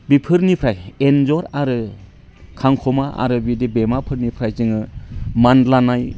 बिफोरनिफ्राय एन्जर आरो खांखमा आरो बिदि बेमाफोरनिफ्राय जोङो मानलानाय